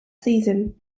season